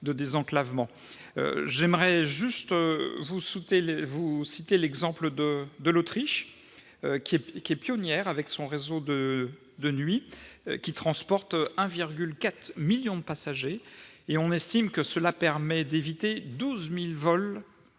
J'aimerais juste citer l'exemple de l'Autriche, qui est pionnière avec son réseau de nuit transportant 1,4 million de passagers : on estime que 12 000 vols